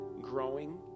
growing